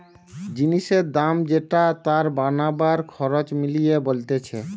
জিনিসের দাম যেটা তার বানাবার খরচ মিলিয়ে বলতিছে